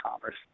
commerce